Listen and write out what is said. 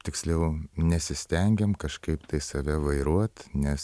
tiksliau nesistengiam kažkaip tai save vairuot nes